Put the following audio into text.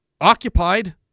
occupied